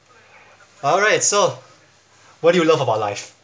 alright so what do you love about life